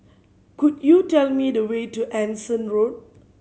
could you tell me the way to Anson Road